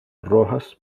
rojas